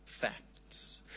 facts